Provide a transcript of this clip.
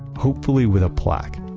hopefully with a plaque.